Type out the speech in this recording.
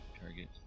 Target